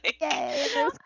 Yay